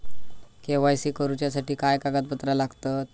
KYC करूच्यासाठी काय कागदपत्रा लागतत?